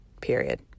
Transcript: period